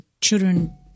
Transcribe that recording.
children